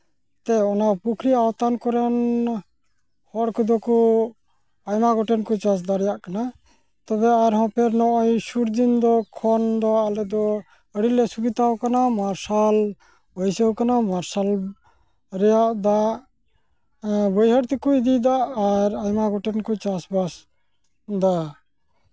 ᱛᱮ ᱚᱱᱟ ᱯᱩᱠᱷᱨᱤ ᱟᱣᱛᱟᱱ ᱠᱚᱨᱮᱱ ᱦᱚᱲ ᱠᱚᱫᱚ ᱠᱚ ᱟᱭᱢᱟ ᱜᱚᱴᱮᱱ ᱠᱚ ᱪᱟᱥ ᱫᱟᱲᱮᱭᱟᱜ ᱠᱟᱱᱟ ᱛᱚᱵᱮ ᱟᱨᱦᱚᱸ ᱱᱚᱜᱼᱚᱸᱭ ᱥᱩᱨ ᱫᱤᱱ ᱫᱚ ᱠᱷᱚᱱᱫᱚ ᱟᱞᱮᱫᱚ ᱟᱹᱰᱤᱞᱮ ᱥᱩᱵᱤᱫᱷᱟᱣ ᱠᱟᱱᱟ ᱢᱟᱨᱥᱟᱞ ᱵᱟᱹᱭᱥᱟᱹᱣ ᱠᱟᱱᱟ ᱢᱟᱨᱥᱟᱞ ᱨᱮᱭᱟᱜ ᱫᱟᱜ ᱵᱟᱹᱭᱦᱟᱹᱲ ᱛᱮᱠᱚ ᱤᱫᱤᱭᱫᱟ ᱟᱨ ᱟᱭᱢᱟ ᱜᱚᱴᱮᱱ ᱠᱚ ᱪᱟᱥᱼᱵᱟᱥ ᱫᱟ